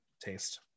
taste